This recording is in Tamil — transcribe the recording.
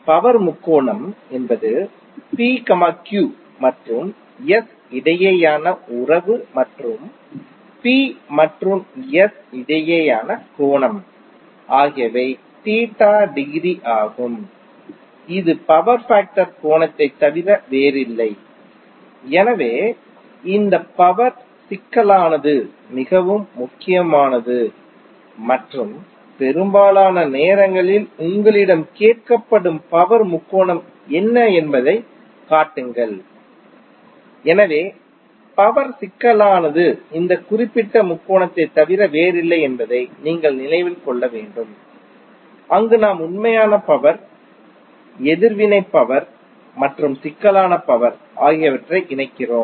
பவர் முக்கோணம் என்பது P Q மற்றும் S இடையேயான உறவு மற்றும் P மற்றும் S இடையேயான கோணம் ஆகியவை θ டிகிரி ஆகும் இது பவர் ஃபேக்டர் கோணத்தைத் தவிர வேறில்லை எனவே இந்த பவர் சிக்கலானது மிகவும் முக்கியமானது மற்றும் பெரும்பாலான நேரங்களில் உங்களிடம் கேட்கப்படும் பவர் முக்கோணம் என்ன என்பதைக் காட்டுங்கள் எனவே பவர் சிக்கலானது இந்த குறிப்பிட்ட முக்கோணத்தைத் தவிர வேறில்லை என்பதை நீங்கள் நினைவில் கொள்ள வேண்டும் அங்கு நாம் உண்மையான பவர் எதிர்வினை பவர் மற்றும் சிக்கலான பவர் ஆகியவற்றை இணைக்கிறோம்